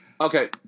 Okay